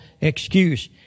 excuse